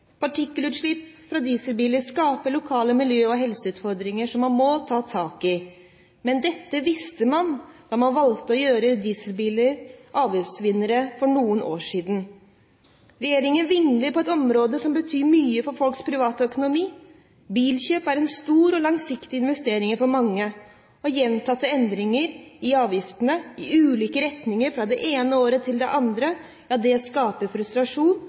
Partikkelutslipp fra dieselbiler skaper lokale miljø- og helseutfordringer som man må ta tak i, men dette visste man da man valgte å gjøre dieselbiler til avgiftsvinnere for noen år siden. Regjeringen vingler på et område som betyr mye for folks private økonomi. Bilkjøp er en stor og langsiktig investering for mange, og gjentatte endringer i avgiftene i ulike retninger fra det ene året til det andre skaper frustrasjon